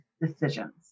decisions